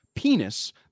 penis